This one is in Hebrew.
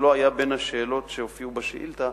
זה לא היה בין השאלות שהופיעו בשאילתא.